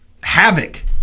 havoc